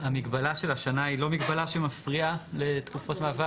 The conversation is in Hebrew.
המגבלה של השנה היא לא מגבלה שמפריעה לתקופות מעבר?